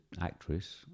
actress